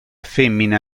femmina